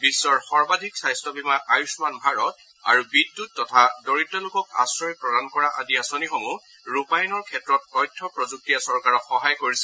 বিশ্বৰ সৰ্বাধিক স্বাস্থ্য বীমা আয়ুস্মান ভাৰত আৰু বিদ্যুৎ তথা দৰিদ্ৰ লোকক আশ্ৰয় প্ৰদান কৰা আদি আঁচনিসমূহ ৰূপায়ণৰ ক্ষেত্ৰত তথ্য প্ৰযুক্তিয়ে চৰকাৰক সহায় কৰিছে